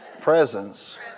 Presence